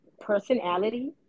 personality